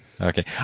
Okay